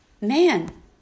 Man